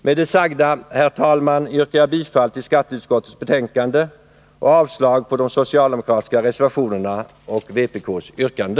Med det sagda, herr talman, yrkar jag bifall till skatteutskottets hemställan och avslag på de socialdemokratiska reservationerna och på vpk:s yrkande.